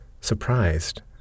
surprised